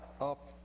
up